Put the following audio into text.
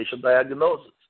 diagnosis